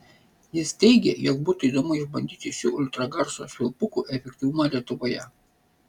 jis teigė jog būtų įdomu išbandyti šių ultragarso švilpukų efektyvumą lietuvoje